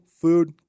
food